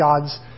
God's